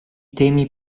temi